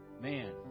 Man